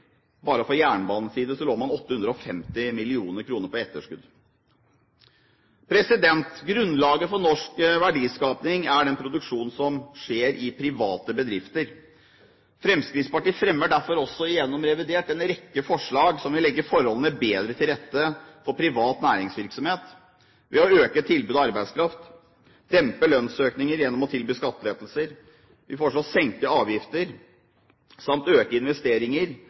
bare på jernbanen 850 mill. kr på etterskudd. Grunnlaget for norsk verdiskaping er den produksjonen som skjer i private bedrifter. Fremskrittspartiet fremmer derfor også gjennom revidert en rekke forslag som vil legge forholdene bedre til rette for privat næringsvirksomhet. Vi foreslår å øke tilbudet av arbeidskraft, dempe lønnsøkninger gjennom å tilby skattelettelser, å senke avgifter samt å øke investeringer